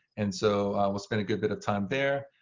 and so we'll spend a good bit of time there.